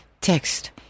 text